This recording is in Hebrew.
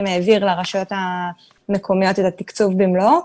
העביר לרשויות המקומיות את התקצוב במלואו.